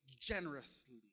generously